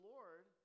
Lord